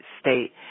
state